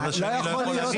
הצד השני לא יכול להגיב.